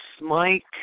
Mike